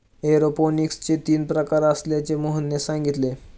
एरोपोनिक्सचे तीन प्रकार असल्याचे मोहनने सांगितले